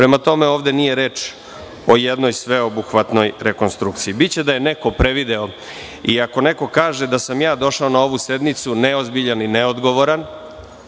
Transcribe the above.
Prema tome, ovde nije reč o jednoj sveobuhvatnoj rekontrukciji. Biće da je neko prevideo i ako neko kaže da sam došao na ovu sednicu, neozbiljan i neodgovoran,